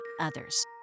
others